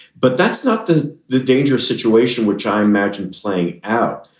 but that's not the the dangerous situation, which i imagine playing out.